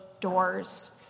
doors